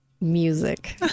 music